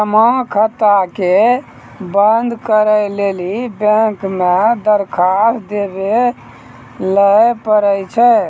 जमा खाता के बंद करै लेली बैंक मे दरखास्त देवै लय परै छै